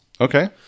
Okay